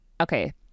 Okay